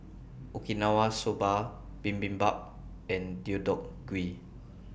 Okinawa Soba Bibimbap and Deodeok Gui